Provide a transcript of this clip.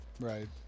Right